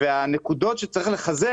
הנקודות שצריך לחזק,